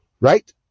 right